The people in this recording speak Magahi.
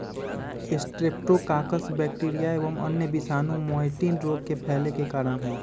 स्ट्रेप्टोकाकस बैक्टीरिया एवं अन्य विषाणु मैटिन रोग के फैले के कारण हई